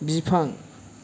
बिफां